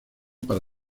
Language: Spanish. para